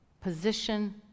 position